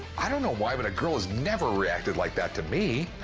i don't know why, but a girl has never reacted like that to me.